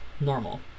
normal